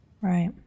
Right